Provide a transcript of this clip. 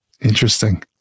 Interesting